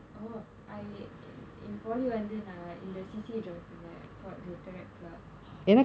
oh I in in polytechnic வந்து நா இந்த:vanthu naa intha C_C_A join பண்னே:pannae called rotary club